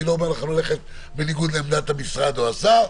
אני לא אומר לכם ללכת בניגוד לעמדת המשרד או השר.